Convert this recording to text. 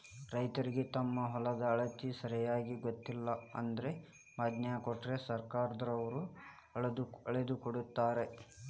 ರೈತರಿಗೆ ತಮ್ಮ ಹೊಲದ ಅಳತಿ ಸರಿಯಾಗಿ ಗೊತ್ತಿಲ್ಲ ಅಂದ್ರ ಮೊಜ್ನಿ ಕೊಟ್ರ ಸರ್ಕಾರದವ್ರ ಅಳ್ದಕೊಡತಾರ